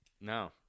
No